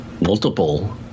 multiple